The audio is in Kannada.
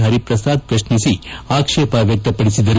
ಹರಿಪ್ರಸಾದ್ ಪ್ರಶ್ನಿಸಿ ಆಕ್ಷೇಪ ವ್ಯಕ್ತಪಡಿಸಿದರು